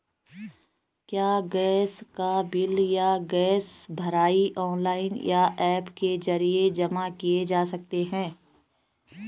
क्या गैस का बिल या गैस भराई ऑनलाइन या ऐप के जरिये जमा किये जा सकते हैं?